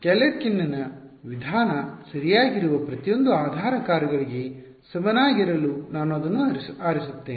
ಗ್ಯಾಲೆರ್ಕಿನ್ನ ವಿಧಾನ Galerkin's method ಸರಿಯಾಗಿರುವ ಪ್ರತಿಯೊಂದು ಆಧಾರ ಕಾರ್ಯಗಳಿಗೆ ಸಮನಾಗಿರಲು ನಾನು ಅದನ್ನು ಆರಿಸುತ್ತೇನೆ